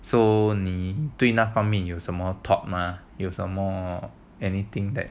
so 你对哪方面有什么 thought 吗有什么 anything that